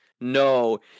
No